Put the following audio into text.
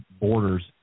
borders